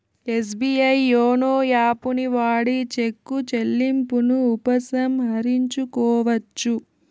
SBI YONO యాపుని వాడి cheque చెల్లింపును ఉపసంహరించుకోవచ్చు